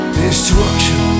destruction